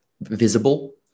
visible